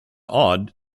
odd